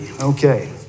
Okay